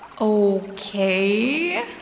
Okay